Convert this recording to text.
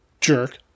Jerk